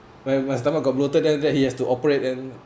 my my stomach got bloated then that he has to operate and